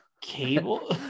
cable